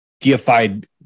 deified